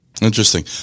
Interesting